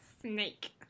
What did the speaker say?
snake